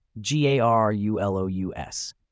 G-A-R-U-L-O-U-S